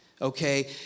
okay